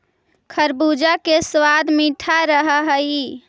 खरबूजा के सबाद मीठा रह हई